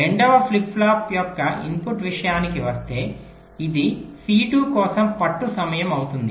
రెండవ flip flop యొక్క input విషయానికి వస్తే ఇది C2 కోసం పట్టు సమయం అవుతుంది